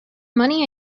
money